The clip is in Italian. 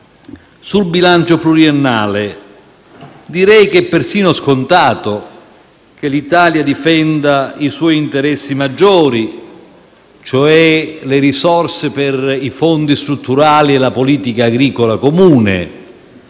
Sul bilancio pluriennale, direi che è persino scontato che l'Italia difenda i suoi interessi maggiori, cioè le risorse per i fondi strutturali e la politica agricola comune,